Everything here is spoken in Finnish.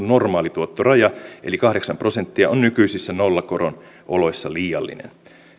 normaalituottoraja eli kahdeksan prosenttia on nykyisissä nollakoron oloissa liiallinen